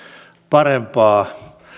parempaa